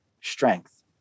strength